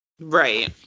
Right